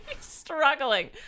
struggling